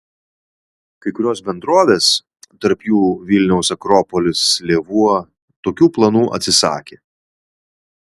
kai kurios bendrovės tarp jų vilniaus akropolis lėvuo tokių planų atsisakė